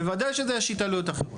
בוודאי שזה ישית עלויות.